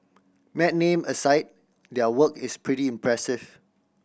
mad name aside their work is pretty impressive